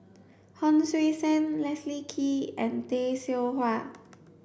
Hon Sui Sen Leslie Kee and Tay Seow Huah